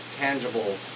tangible